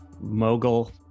mogul